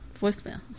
voicemail